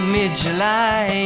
Mid-July